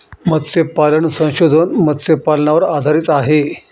मत्स्यपालन संशोधन मत्स्यपालनावर आधारित आहे